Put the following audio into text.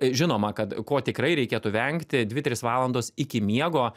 žinoma kad ko tikrai reikėtų vengti dvi trys valandos iki miego